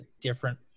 different